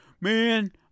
man